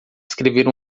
escrever